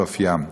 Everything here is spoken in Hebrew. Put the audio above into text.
על אופיים.